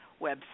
website